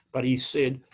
but he said,